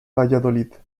valladolid